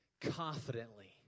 confidently